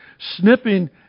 snipping